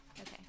Okay